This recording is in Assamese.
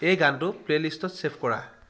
এই গানটো প্লে'লিষ্টত ছে'ভ কৰা